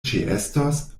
ĉeestos